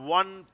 one